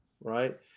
right